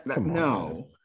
no